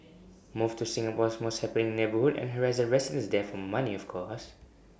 move to Singapore's most happening neighbourhood and harass the residents there for money of course